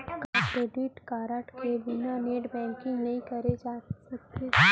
का debit card के बिना नेट बैंकिंग नई करे जाथे सके?